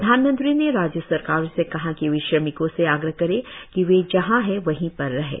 प्रधानमंत्री ने राज्य सरकारों से कहा कि वे श्रमिकों से आग्रह करें कि वे जहां हैं वहीं पर रहें